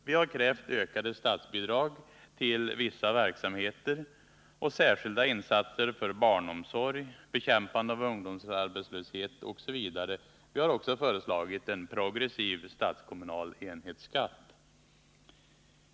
Vi har krävt ökade statsbidrag till vissa verksamheter och särskilda insatser för barnomsorg, bekämpande av ungdomsarbetslöshet osv. Vi har också föreslagit en progressiv statskommunal enhetsskatt.